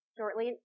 Shortly